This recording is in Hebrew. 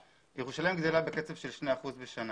ירושלים גדלה בקצב של 2 אחוזים בשנה